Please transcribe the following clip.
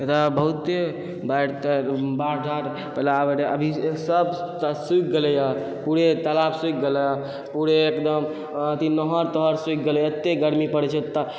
एतऽ बहुते बाढ़ि ताढ़ि बाढ़ टाढ़ पहिले आबै रहै अभी सबटा सुखि गेलैए पूरे तालाब सुखि गेलै पूरे एकदम अथी नहर तहर सुखि गेलैए एतऽ गरमी पड़ै छै एतऽ